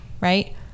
right